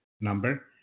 number